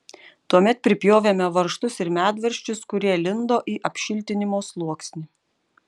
tuomet pripjovėme varžtus ir medvaržčius kurie lindo į apšiltinimo sluoksnį